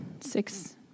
six